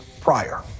prior